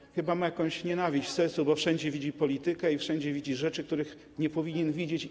który chyba ma jakąś nienawiść w sercu, bo wszędzie widzi politykę, wszędzie widzi rzeczy, których nie powinien widzieć.